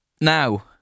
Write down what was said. Now